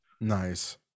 Nice